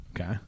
Okay